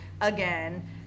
again